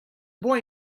boy